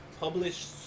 Published